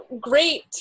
great